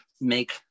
make